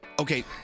Okay